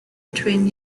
between